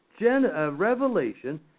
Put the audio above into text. Revelation